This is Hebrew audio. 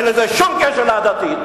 אין לזה שום קשר לעדתיות.